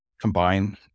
combine